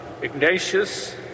Ignatius